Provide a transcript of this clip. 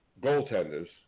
goaltenders